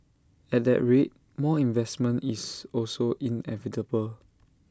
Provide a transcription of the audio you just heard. at that rate more investment is also inevitable